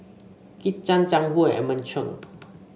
Kit Chan Jiang Hu and Edmund Cheng